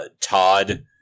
Todd